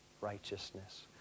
righteousness